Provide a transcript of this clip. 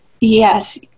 Yes